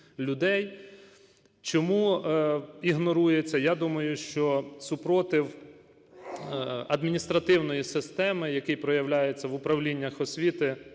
Чому ігнорується? Я думаю, що супротив адміністративної системи, який проявляється в управліннях освіти